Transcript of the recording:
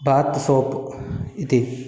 बात् soap इति